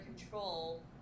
control